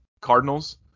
Cardinals